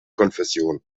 konfession